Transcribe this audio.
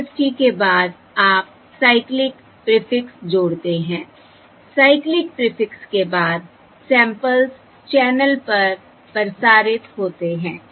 IFFT के बाद आप साइक्लिक प्रीफिक्स जोड़ते हैं साइक्लिक प्रीफिक्स के बाद सैंपल्स चैनल पर प्रसारित होते हैं